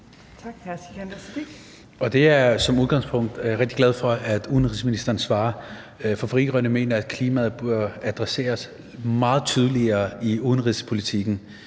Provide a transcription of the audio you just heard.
er jeg som udgangspunkt rigtig glad for at udenrigsministeren svarer, for Frie Grønne mener, at klimaet bør adresseres meget tydeligere i udenrigspolitikken,